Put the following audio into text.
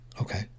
Okay